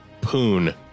poon